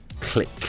Click